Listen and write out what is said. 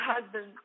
husband